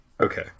Okay